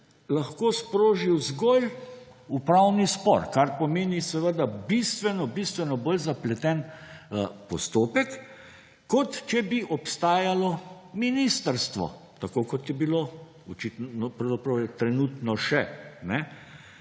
lahko sprožil zgolj upravni spor, kar pomeni, seveda, bistveno, bistveno bolj zapleten postopek, kot če bi obstajalo ministrstvo, tako kot je bilo očitno,